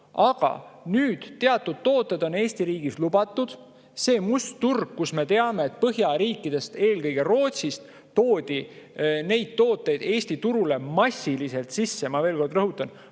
aga teatud tooted on nüüd Eesti riigis lubatud. Me teame, et põhjariikidest, eelkõige Rootsist toodi neid tooteid Eesti turule massiliselt sisse, ma veel kord rõhutan,